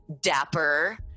dapper